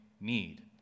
need